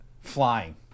flying